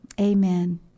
Amen